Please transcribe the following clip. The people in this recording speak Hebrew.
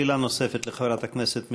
שאלה נוספת לחברת הכנסת מיכאלי.